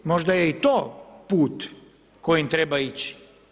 Možda je i to put kojim treba ići.